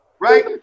Right